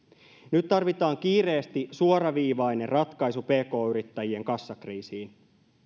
nyt tarvitaan kiireesti suoraviivainen ratkaisu pk yrittäjien kassakriisiin